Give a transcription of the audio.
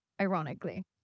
Ironically